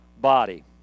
body